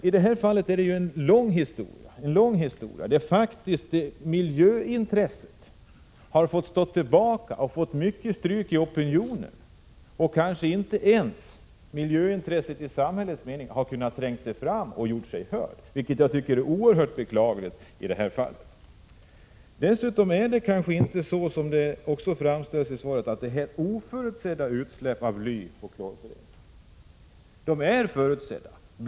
I det här fallet är det fråga om en lång historia; miljöintresset har här länge stått tillbaka och fått mycket stryk i opinionen. Kanske har miljöintresset i samhällets mening inte ens kunnat tränga sig fram och göra sig hört, vilket jag tycker är oerhört beklagligt. Dessutom är det kanske inte, som det framställs i svaret, fråga om oförutsedda utsläpp av bly och klorföreningar. De är förutsedda.